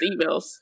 emails